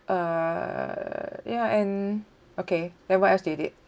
uh ya and okay then what else did you did